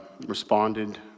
responded